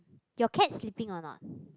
your cat sleeping or not